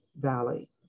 Valley